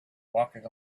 walking